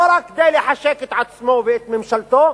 לא רק כדי לחשק את עצמו ואת ממשלתו,